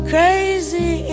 Crazy